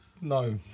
No